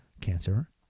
Cancer